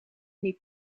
niet